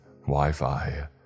Wi-Fi